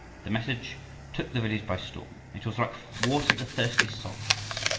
the message took the village by storm. it was like water to thirsty souls.